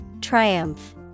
Triumph